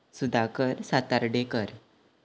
Sudhakar Satardekar